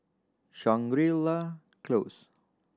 Shangri La Close